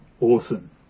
Awesome